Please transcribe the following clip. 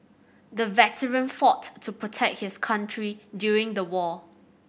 the veteran fought to protect his country during the war